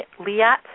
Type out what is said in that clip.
Liat